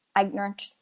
ignorant